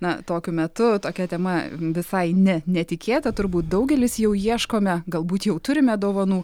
na tokiu metu tokia tema visai ne netikėta turbūt daugelis jau ieškome galbūt jau turime dovanų